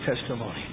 testimony